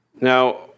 Now